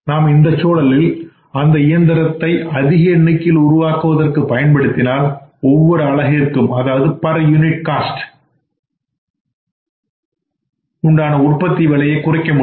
நாம் இந்கசூழலில் அந்த இயந்திரத்தை அதிக எண்ணிக்கையில் உருவாக்குவதற்கு பயன்படுத்தினால் ஒவ்வொரு அலகிற்கு உண்டான உற்பத்தி விலையை குறைக்க முடியும்